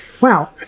wow